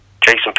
Jason